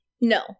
No